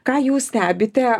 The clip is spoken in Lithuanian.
ką jūs stebite